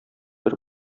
бер